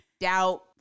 doubt